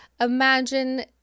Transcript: imagine